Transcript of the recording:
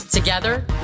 Together